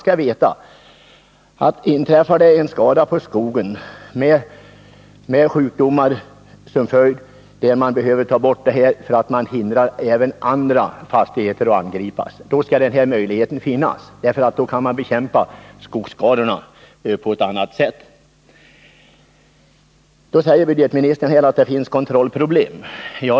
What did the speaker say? Om det inträffar en skada på skogen med sjukdomar som följd och man därför behöver ta bort viss skog för att hindra att även andra skogsfastigheter angrips, måste denna möjlighet finnas. Då kan man bekämpa skogsskadorna på ett bättre sätt i tid. Budgetministern sade att det finns kontrollproblem.